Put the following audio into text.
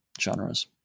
genres